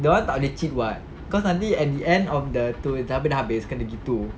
dorang tak boleh cheat [what] cause nanti at the end of the tu siapa dah habis kena gitu